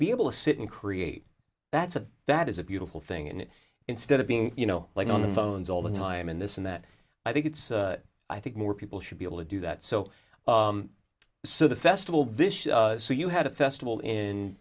be able to sit and create that's a that is a beautiful thing and instead of being you know like on the phones all the time and this and that i think it's i think more people should be able to do that so so the festival this so you had a festival in